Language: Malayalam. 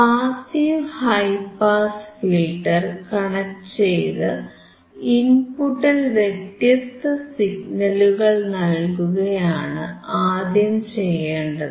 passive high pass filter connect ചെയ്ത് ഇൻപുട്ടിൽ വ്യത്യസ്ത സിഗ്നലുകൾ നൽകുകയാണ് ആദ്യം ചെയ്യേണ്ടത്